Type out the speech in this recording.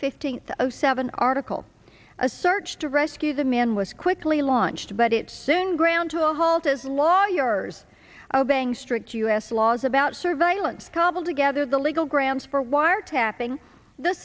fifteenth of seven article a search to rescue the man was quickly launched but it soon ground to a halt as lawyers obeying strict u s laws about surveillance cobbled together the legal grounds for wiretapping the